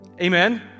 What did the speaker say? Amen